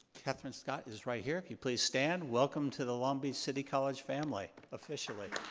katherine scott is right here. if you'd please stand, welcome to the long beach city college family officially.